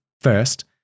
first